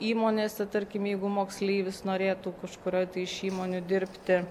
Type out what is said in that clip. įmonėse tarkim jeigu moksleivis norėtų kažkurioj tai iš įmonių dirbti